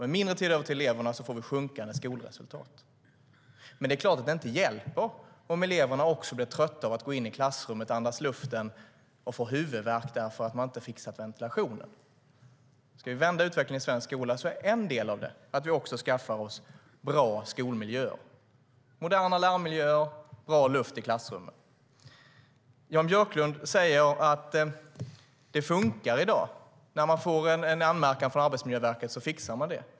Med mindre tid över till eleverna får vi sjunkande skolresultat. Det är klart att det inte underlättar om eleverna också blir trötta av att gå in i klassrum och andas luften där och om de får huvudvärk därför att man inte har fixat ventilationen. Om vi ska vända utvecklingen i svensk skola är en del av detta att skaffa bra skolmiljöer - moderna läromiljöer och bra luft i klassrummen. Jan Björklund säger att det fungerar i dag. När man får en anmärkning från Arbetsmiljöverket fixar man det.